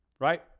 right